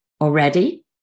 already